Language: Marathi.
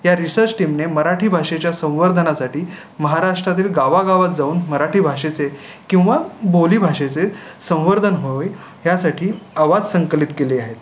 या रिसर्च टीमने मराठी भाषेच्या संवर्धनासाठी महाराष्ट्रातील गावागावात जाऊन मराठी भाषेचे किंवा बोलीभाषेचे संवर्धन होई यासाठी आवाज संकलित केले आहेत